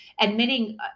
admitting